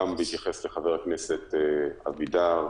גם בהתייחס לחבר הכנסת אבידר,